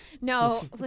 No